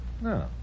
No